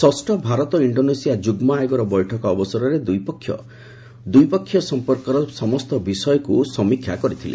ଷଷ୍ଠ ଭାରତ ଇଣ୍ଡୋନେସିଆ ଯୁଗ୍ମ ଆୟୋଗର ବୈଠକ ଅବସରରେ ଦୁଇପକ୍ଷ ଦ୍ୱିପାକ୍ଷିକ ସମ୍ପର୍କର ସମସ୍ତ ବିଷୟକୁ ସମୀକ୍ଷା କରିଥିଲେ